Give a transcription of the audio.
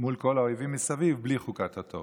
מול כל האויבים מסביב בלי חוקת התורה.